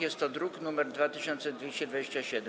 Jest to druk nr 2227.